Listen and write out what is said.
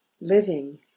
living